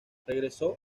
regresó